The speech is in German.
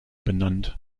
benannt